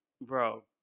bro